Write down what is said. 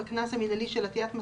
מינהלי לפי סעיף 20א(א)(3)